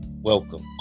welcome